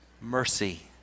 mercy